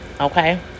Okay